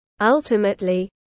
Ultimately